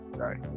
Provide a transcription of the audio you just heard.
sorry